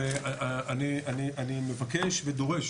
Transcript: ואני מבקש ודורש